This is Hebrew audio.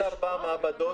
יש ארבע מעבדות